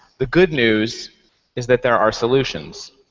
the good news is that there are solutions.